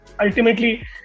ultimately